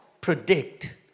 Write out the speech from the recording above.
predict